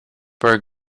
where